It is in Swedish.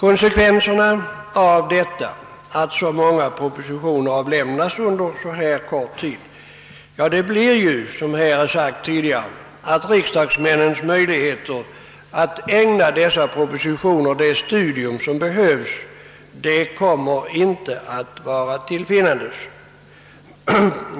Konsekvenserna av att så många propositioner avlämnas under så kort tid blir, som tidigare nämnts, att någon möjlighet för riksdagsmännen att ägna dessa propositioner det studium som behövs inte kommer att vara till finnandes.